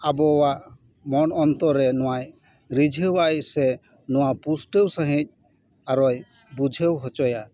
ᱟᱵᱚᱣᱟᱜ ᱢᱚᱱ ᱚᱱᱛᱚᱨᱮᱭ ᱱᱚᱣᱟᱭ ᱨᱤᱡᱷᱟᱹᱣᱟᱭ ᱥᱮ ᱱᱚᱣᱟ ᱯᱩᱥᱴᱟᱹᱣ ᱥᱟᱺᱦᱤᱡ ᱟᱨᱚᱭ ᱵᱩᱡᱷᱟᱹᱣ ᱦᱚᱪᱚᱭᱟ